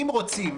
אם רוצים